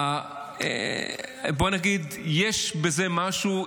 בא נגיד, יש בזה משהו.